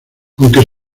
aunque